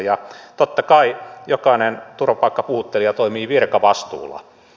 ja totta kai jokainen turvapaikkapuhuttelija toimii virkavastuulla